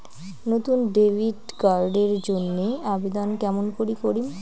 নতুন debit card এর জন্যে আবেদন কেমন করি করিম?